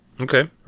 Okay